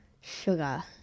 sugar